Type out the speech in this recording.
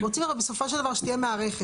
רוצים הרי בסופו של דבר שתהיה מערכת,